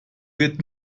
wird